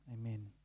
amen